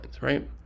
right